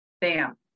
Bam